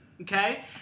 okay